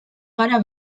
gara